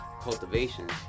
cultivation